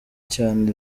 cyane